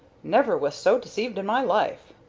never was so deceived in my life.